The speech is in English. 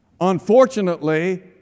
Unfortunately